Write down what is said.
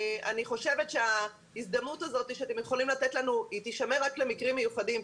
אני חושבת שההזדמנות הזאת שאתם יכולים לתת לנו תישמר רק למקרים מיוחדים.